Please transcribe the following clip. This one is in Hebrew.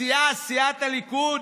הסיעה, סיעת הליכוד,